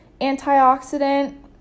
antioxidant